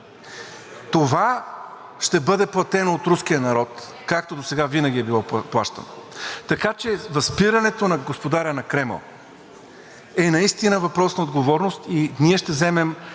Това ще бъде платено от руския народ, както досега винаги е било плащано. Така че възпирането на господаря на Кремъл е наистина въпрос на отговорност и ние ще вземем